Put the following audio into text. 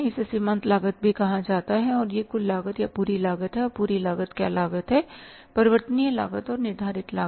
इसे सीमांत लागत भी कहा जाता है और यह कुल लागत या पूरी लागत है और पूरी लागत क्या लागत है परिवर्तनीय लागत और निर्धारित लागत